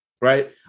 Right